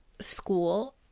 school